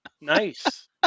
Nice